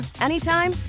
anytime